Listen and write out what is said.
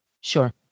Sure